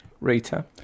Rita